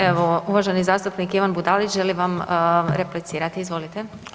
Evo uvaženi zastupnik Ivan Budalić želim vam replicirati, izvolite.